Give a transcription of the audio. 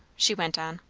she went on.